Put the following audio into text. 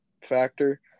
factor